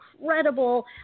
incredible